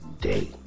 day